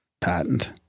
patent